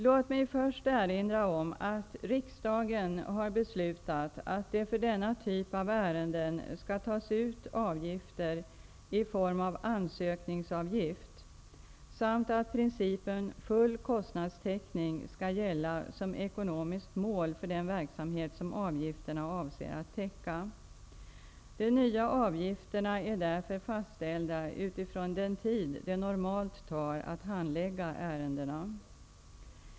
Låt mig först erinra om att riksdagen har beslutat att det för denna typ av ärenden skall tas ut avgifter i form av ansökningsavgift samt att principen full kostnadstäckning skall gälla som ekonomiskt mål för den verksamhet som avgifterna avser att täcka. De nya avgifterna är därför fastställda utifrån den tid det normalt tar att handlägga ärendena.